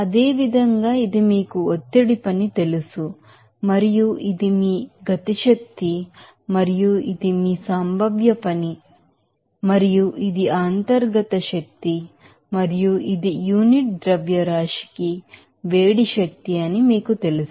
అదేవిధంగా ఇది మీకు ఒత్తిడి పని తెలుసు మరియు ఇది మీ కైనెటిక్ ఎనెర్జిస్ మరియు ఇది మీ పొటెన్షియల్ వర్క్ మరియు ఇది ఆ ఇంటర్నల్ ఎనర్జీ మరియు ఇది యూనిట్ మాస్ కి హీట్ ఎనర్జీ అని మీకు తెలుసు